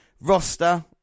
Roster